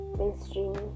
mainstream